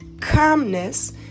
calmness